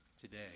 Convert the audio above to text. today